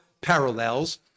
parallels